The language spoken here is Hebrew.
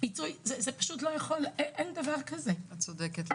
את צודקת,